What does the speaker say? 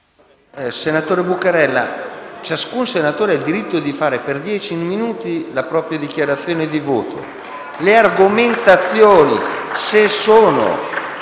Senatore Buccarella, ciascun senatore ha il diritto a fare per dieci minuti la propria dichiarazione di voto. *(Applausi dai